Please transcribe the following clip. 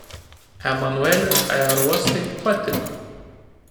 emanueliui aerouostai patiko